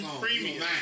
premium